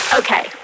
okay